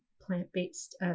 plant-based